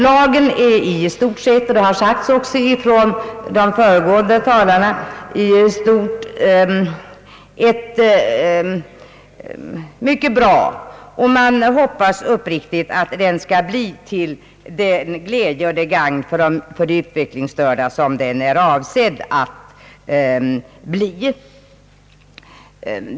Lagen är i stort sett — och det har sagts även av de föregående talarna — mycket bra, och man hoppas uppriktigt att den skall bli till den glädje och det gagn för de utvecklingsstörda som den är avsedd att bli.